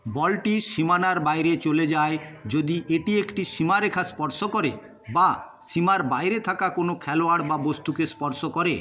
বলটি সীমানার বাইরে চলে যায় যদি এটি একটি সীমারেখা স্পর্শ করে বা সীমার বাইরে থাকা কোনও খেলোয়াড় বা বস্তুকে স্পর্শ করে